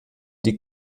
die